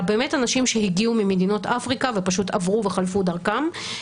באמת אנשים שהגיעו ממדינות אפריקה ועברו וחלפו דרכם.